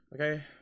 Okay